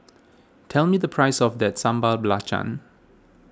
tell me the price of that Sambal Belacan